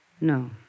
No